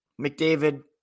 McDavid